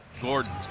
Gordon